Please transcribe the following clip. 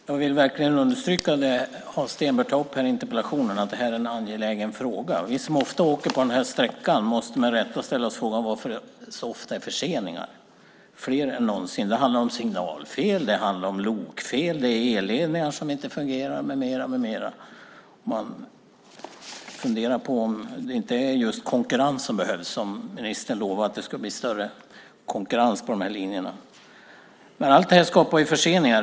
Herr talman! Jag vill verkligen understryka det som Hans Stenberg tar upp i interpellationen. Det här är en angelägen fråga. Vi som ofta åker på den här sträckan måste med rätta ställa oss frågan varför det så ofta är förseningar. Det är fler än någonsin. Det handlar om signalfel. Det handlar om lokfel. Det är elledningar som inte fungerar med mera. Man funderar på om det inte är just konkurrens som behövs - ministern lovade att det ska bli större konkurrens på de här linjerna. Men allt det här skapar förseningar.